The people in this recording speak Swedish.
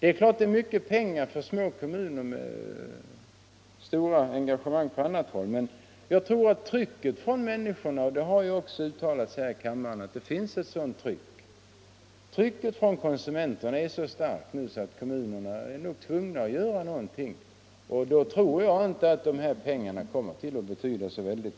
Det är klart att det är mycket pengar för små kommuner med stora engagemang på annat håll. Men jag tror att trycket från konsumenterna — det har också talats här i kammaren om att det finns ett sådant tryck — är så starkt att kommunerna är tvungna att göra någonting. Då tror jag inte att dessa pengar kommer att betyda så mycket.